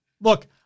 Look